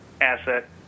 asset